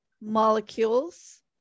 molecules